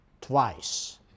twice